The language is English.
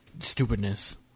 stupidness